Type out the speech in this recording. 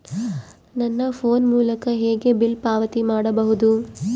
ನನ್ನ ಫೋನ್ ಮೂಲಕ ಹೇಗೆ ಬಿಲ್ ಪಾವತಿ ಮಾಡಬಹುದು?